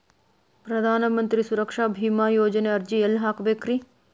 ಪ್ರಧಾನ ಮಂತ್ರಿ ಸುರಕ್ಷಾ ಭೇಮಾ ಯೋಜನೆ ಅರ್ಜಿ ಎಲ್ಲಿ ಹಾಕಬೇಕ್ರಿ?